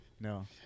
no